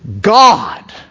God